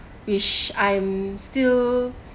which I'm still